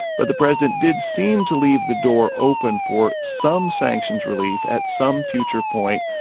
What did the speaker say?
but the president did seem to leave the door open for some sanctions relief at some future point,